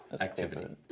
Activity